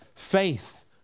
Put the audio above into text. Faith